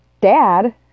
Dad